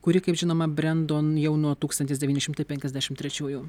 kuri kaip žinoma brendo jau nuo tūkstantis devyni šimtai penkiasdešim trečiųjų